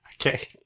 Okay